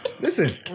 Listen